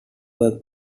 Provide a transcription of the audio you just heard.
were